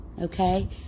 okay